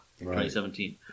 2017